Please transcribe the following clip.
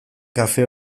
kafe